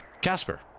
Casper